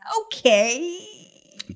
Okay